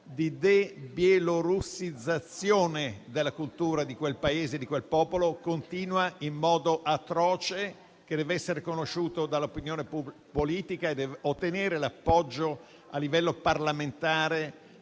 di debielorussizzazione della cultura di quel Paese, di quel popolo, che continua in un modo atroce e che deve essere conosciuto dall'opinione pubblica politica e ottenere l'appoggio a livello parlamentare,